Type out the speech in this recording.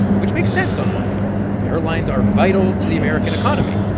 which makes sense on one level. airlines are vital to the american economy,